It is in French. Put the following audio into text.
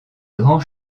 grand